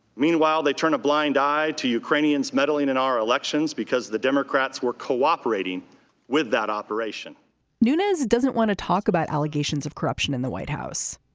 meanwhile they turn a blind eye to ukrainians meddling in our elections because the democrats were cooperating with that operation nunez doesn't want to talk about allegations of corruption in the white house.